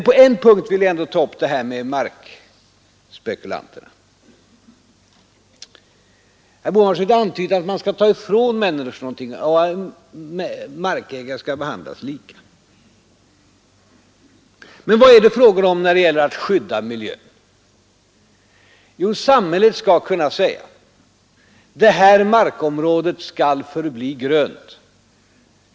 På en punkt vill jag ändå ta upp frågan om markspekulanterna. Herr Bohman försökte antyda att man försöker ta ifrån människorna någonting och att markägare skall behandlas lika. Men vad är det fråga om när det gäller att skydda miljön? Jo, samhället skall t.ex. kunna besluta: Det här markområdet skall förbli grönt!